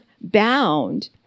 bound